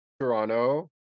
Toronto